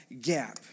gap